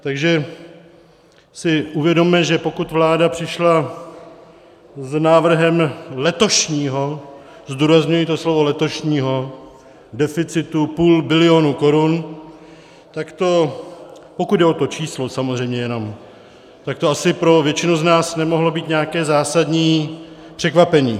Takže si uvědomme, že pokud vláda přišla s návrhem letošního zdůrazňuji to slovo letošního deficitu půl bilionu korun, tak to, pokud jde o to číslo samozřejmě jenom, tak to asi pro většinu z nás nemohlo být nějaké zásadní překvapení.